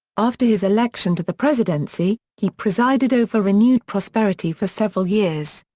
after his election to the presidency, he presided over renewed prosperity for several years.